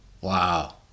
Wow